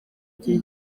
gihe